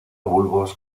bulbos